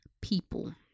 people